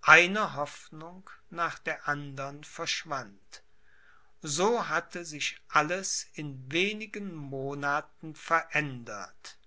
eine hoffnung nach der andern verschwand so hatte sich alles in wenigen monaten verändert